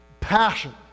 passion